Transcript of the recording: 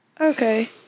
Okay